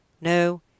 No